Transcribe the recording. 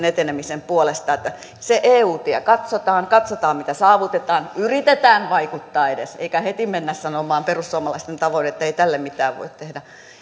etenemisen puolesta että se eu tie katsotaan katsotaan mitä saavutetaan yritetään vaikuttaa edes eikä heti mennä sanomaan perussuomalaisten tavoin ettei tälle mitään voi tehdä